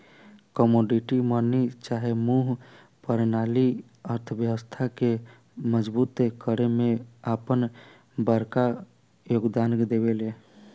commodity money चाहे मूल परनाली अर्थव्यवस्था के मजबूत करे में आपन बड़का योगदान देवेला